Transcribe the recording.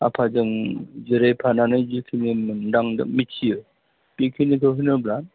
आफाजों जिरायफानानै जिखिनि मोनदांदों मिथियो बेखिनिखौ होनोब्ला